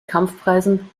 kampfpreisen